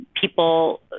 people